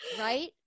Right